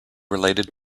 related